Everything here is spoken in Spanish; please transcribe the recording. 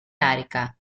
arica